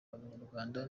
abanyarwanda